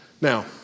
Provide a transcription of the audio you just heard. Now